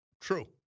True